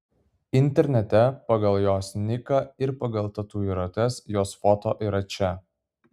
internete pagal jos niką ir pagal tatuiruotes jos foto yra čia